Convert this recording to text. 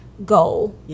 goal